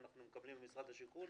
מקבלים ממשרד השיכון,